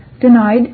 denied